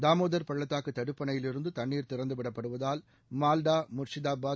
தாமோதர் பள்ளத்தாக்கு தடுப்பணையிலிருந்து தண்ணீர் திறந்து விடப்படுவதால் மாவ்டா முர்ஷிதாபாத்